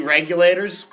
Regulators